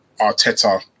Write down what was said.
Arteta